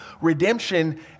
redemption